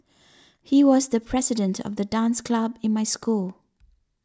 he was the president of the dance club in my school